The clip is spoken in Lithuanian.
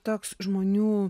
toks žmonių